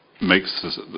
makes